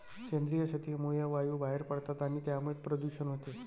सेंद्रिय शेतीमुळे वायू बाहेर पडतात आणि त्यामुळेच प्रदूषण होते